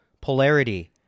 polarity